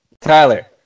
Tyler